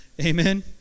amen